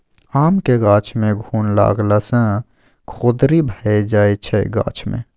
आमक गाछ मे घुन लागला सँ खोदरि भए जाइ छै गाछ मे